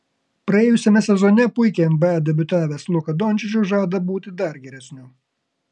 praėjusiame sezone puikiai nba debiutavęs luka dončičius žada būti dar geresniu